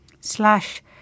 slash